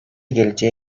geleceğe